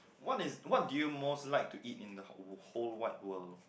what is what do you most like to eat in the hot whole wide world